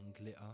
glitter